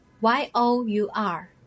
Y-O-U-R